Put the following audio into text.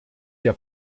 der